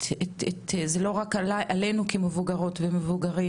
זה לא רק עלינו כמבוגרות ומבוגרים,